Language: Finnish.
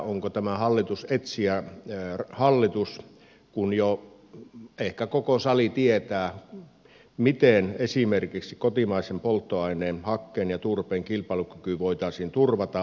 onko tämä hallitus etsijähallitus kun jo ehkä koko sali tietää miten esimerkiksi kotimaisen polttoaineen hakkeen ja turpeen kilpailukyky voitaisiin turvata